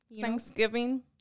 Thanksgiving